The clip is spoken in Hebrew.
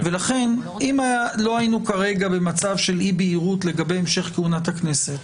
אם לא היינו כרגע במצב של אי-הבהירות לגבי המשך כהונת הכנסת,